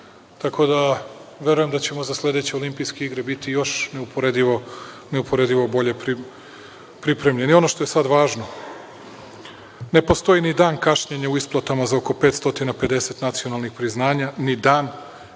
Tako da, verujem da ćemo za sledeće Olimpijske igre biti još neuporedivo bolje pripremljeni. Ono što je sada važno, ne postoji ni dan kašnjenja u isplatama za oko 550 nacionalnih priznanja, ni dan,